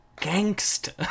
gangster